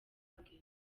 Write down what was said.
bwe